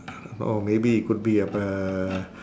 or maybe it could be have a p~ uh